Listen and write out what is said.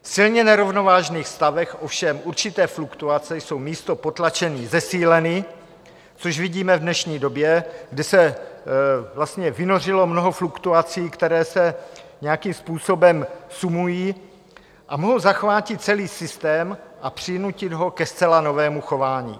V silně nerovnovážných stavech ovšem určité fluktuace jsou místo potlačení zesíleny, což vidíme v dnešní době, kde se vlastně vynořilo mnoho fluktuací, které se nějakým způsobem sumují a mohou zachvátit celý systém a přinutit ho ke zcela novému chování.